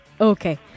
Okay